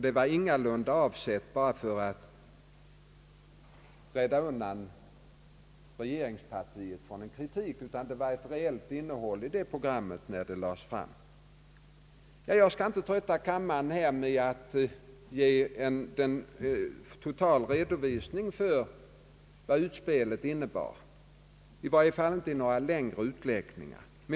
Det var ingalunda avsett att bara rädda regeringspartiet från kritik. Det hade ett reellt innehåll. Jag skall inte trötta kammaren med att ge en total redovisning av vad utspelet innebar, i varje fall inte med några längre utläggningar.